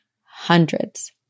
hundreds